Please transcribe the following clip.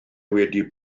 wedi